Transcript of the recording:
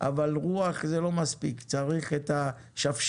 אבל רוח זה לא מספיק, צריך את השבשבת